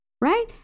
right